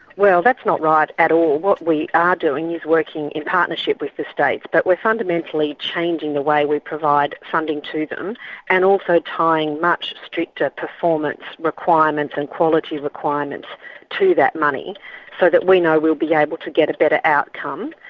well that's not right at all. what we are doing is working in partnership with the states but we're fundamentally changing the way we provide funding to them and also tying much stricter performance requirements and quality requirements to that money so that we know we'll be able to get a better outcome.